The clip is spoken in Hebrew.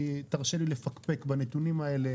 תרשה לי לפקפק בנתונים האלה.